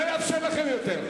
אני לא אאפשר לכם יותר.